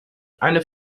eine